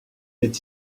est